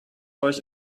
euch